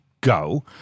go